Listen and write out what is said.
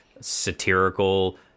satirical